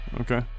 okay